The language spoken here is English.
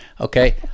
Okay